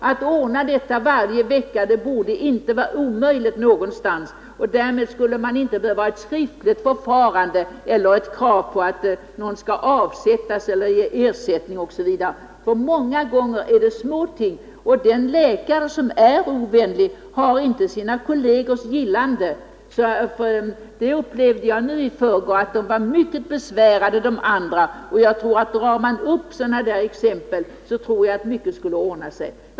Att ordna sådana träffar varje vecka borde inte vara omöjligt någonstans. Det skall inte behövas ett skriftligt förfarande, eller riktas krav på att någon skall avsättas eller att ersättning skall utges osv. Många gånger är det små ting. Och att den läkare som är ovänlig inte har sina kollegers gillande, upplevde jag i förrgår. De andra läkarna var mycket besvärade. Drar man upp sådana exempel vid sammankomsterna, tror jag, att mycket skulle ordna sig.